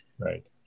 Right